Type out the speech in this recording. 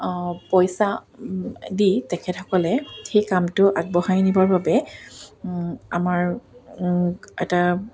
পইচা দি তেখেতসকলে সেই কামটো আগবঢ়াই নিবৰ বাবে আমাৰ এটা